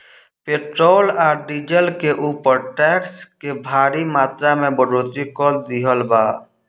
petrol आ diesel के ऊपर टैक्स के भारी मात्रा में बढ़ोतरी कर दीहल बा